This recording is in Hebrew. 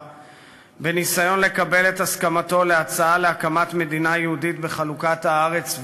בניסיון לקבל את הסכמתו להצעה להקים מדינה יהודית בחלוקת הארץ,